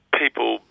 people